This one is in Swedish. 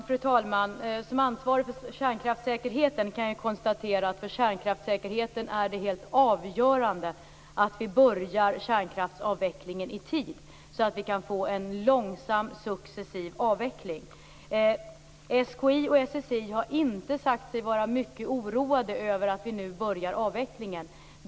Fru talman! Som ansvarig för kärnkraftssäkerheten kan jag konstatera att för den är det helt avgörande att vi börjar kärnkraftsavvecklingen i tid, så att vi kan få en långsam, successiv avveckling. SKI och SSI har inte sagt sig vara mycket oroade över att vi nu börjar avvecklingen.